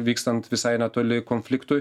vykstant visai netoli konfliktui